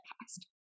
past